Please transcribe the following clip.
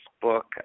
book